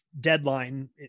deadline